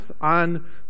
on